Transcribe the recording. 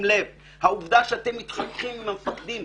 העובדה שחברי ועדת חוץ וביטחון מתחככים עם המפקדים